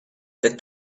that